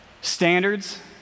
standards